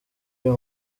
uyu